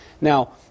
Now